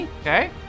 Okay